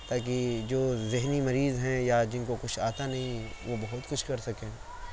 تاکہ جو ذہنی مریض ہیں یا جن کو کچھ آتا نہیں وہ بہت کچھ کر سکیں